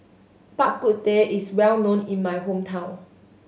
Bak Kut Teh is well known in my hometown